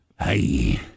Hey